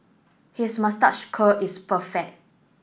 his moustache curl is perfect